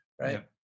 right